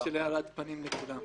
יום של הארת פנים לכולם.